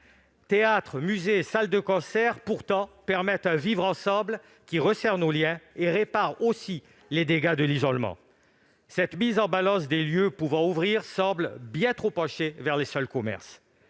Théâtre, musée ou salles de concert favorisent pourtant un vivre ensemble qui resserre nos liens et répare les dégâts de l'isolement. La mise en balance des lieux pouvant ouvrir semble bien trop pencher vers les seuls commerces.